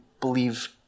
believe